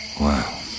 Wow